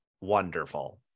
wonderful